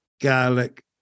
garlic